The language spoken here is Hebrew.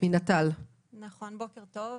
מנט"ל בבקשה.